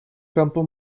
campo